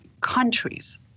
countries